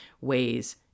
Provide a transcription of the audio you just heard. ways